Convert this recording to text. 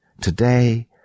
Today